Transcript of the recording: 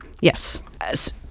Yes